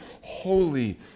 Holy